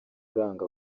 uranga